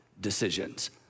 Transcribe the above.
decisions